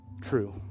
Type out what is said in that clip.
true